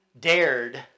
dared